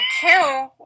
two